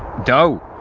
doh!